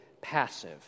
passive